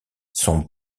son